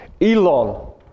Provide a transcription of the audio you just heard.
Elon